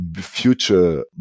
future